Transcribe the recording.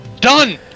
Done